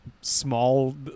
small